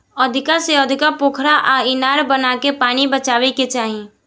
अधिका से अधिका पोखरा आ इनार बनाके पानी बचावे के चाही